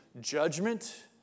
judgment